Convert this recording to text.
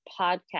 podcast